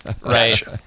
Right